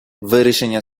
вирішення